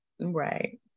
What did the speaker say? right